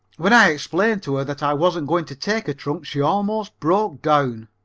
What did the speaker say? when i explained to her that i wasn't going to take a trunk she almost broke down.